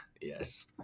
Yes